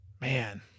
Man